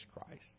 Christ